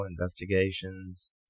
investigations